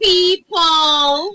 People